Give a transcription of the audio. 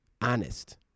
honest